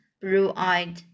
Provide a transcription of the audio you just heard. blue-eyed